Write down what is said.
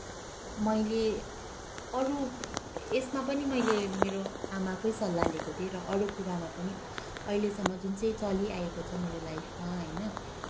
मैले अरू यसमा पनि मैले मेरो आमाकै सल्लाह लिएको थिएँ र अरू कुरामा पनि अहिलेसम्म जुन चाहिँ चलिआएको छ मेरो लाइफमा होइन